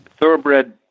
thoroughbred